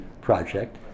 Project